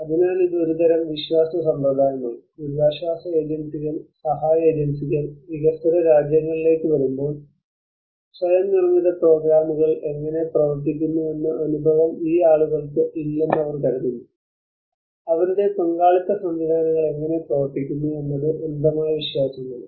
അതിനാൽ ഇത് ഒരുതരം വിശ്വാസ സമ്പ്രദായമാണ് ദുരിതാശ്വാസ ഏജൻസികൾ സഹായ ഏജൻസികൾ വികസ്വര രാജ്യങ്ങളിലേക്ക് വരുമ്പോൾ സ്വയം നിർമ്മിത പ്രോഗ്രാമുകൾ എങ്ങനെ പ്രവർത്തിക്കുന്നുവെന്ന അനുഭവം ഈ ആളുകൾക്ക് ഇല്ലെന്ന് അവർ കരുതുന്നു അവരുടെ പങ്കാളിത്ത സംവിധാനങ്ങൾ എങ്ങനെ പ്രവർത്തിക്കുന്നു എന്നത് അന്ധമായ വിശ്വാസമാണ്